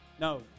No